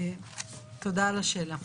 תודה על השאלה.